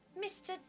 mr